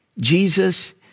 Jesus